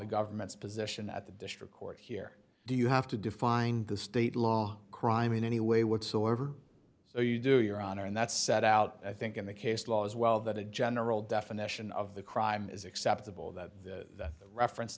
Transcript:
the government's position at the district court here do you have to define the state law crime in any way whatsoever so you do your honor and that's set out i think in the case law as well that a general definition of the crime is acceptable that the reference